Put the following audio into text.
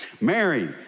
Mary